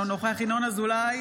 אינו נוכח ינון אזולאי,